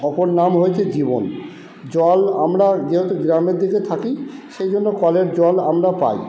অপর নাম হয়েছে জীবন জল আমরা যেহেতু গ্রামের দিকে থাকি সেই জন্য কলের জল আমরা পাই